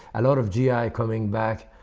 a lot of g i. coming back